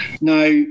Now